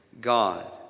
God